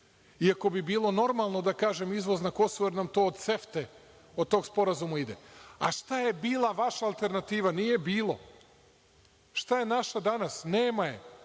Iako bi bilo normalno da kažem izvoz na Kosovo, jer nam to od CEFTA, od tog sporazuma ide. Šta je bila vaša alternativa? Nije bilo. Šta je naša danas? Nema je.